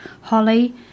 Holly